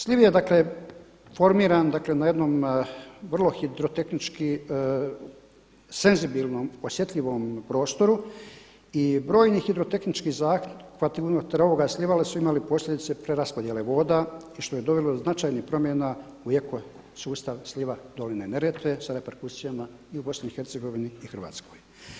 Sliv je formiran na jednom vrlo hidrotehnički senzibilnom, osjetljivom prostoru i brojni hidrotehnički zahvati unutar ovoga slijeva imali su posljedice preraspodjele voda i što je dovelo do značajnih promjena u … sustav sliva doline Neretve sa reperkusijama i u BiH i Hrvatskoj.